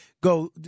go